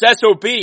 SOB